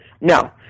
no